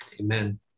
Amen